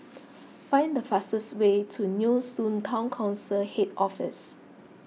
find the fastest way to Nee Soon Town Council Head Office